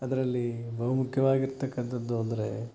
ಅದರಲ್ಲಿ ಬಹು ಮುಖ್ಯವಾಗಿರ್ತಕ್ಕಂಥದ್ದು ಅಂದರೆ